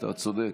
אתה צודק.